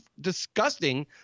disgusting